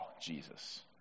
Jesus